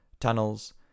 tunnels